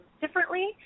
differently